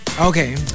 Okay